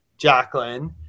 Jacqueline